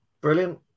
Brilliant